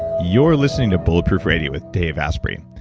you're listening to bulletproof radio with dave asprey.